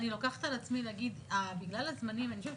אני לוקחת על עצמי להגיד שבגלל הזמנים אני חושבת